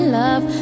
love